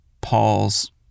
Paul's